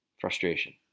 Frustration